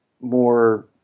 more